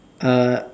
err